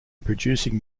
producing